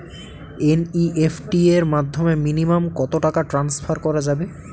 NEFT এর মাধ্যমে minimum কত টাকা টান্সফার করা যাবে?